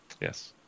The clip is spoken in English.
Yes